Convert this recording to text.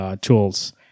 tools